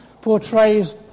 portrays